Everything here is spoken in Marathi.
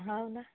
हो ना